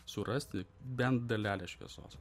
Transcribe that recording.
surasti bent dalelę šviesos